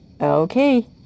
Okay